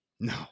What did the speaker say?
no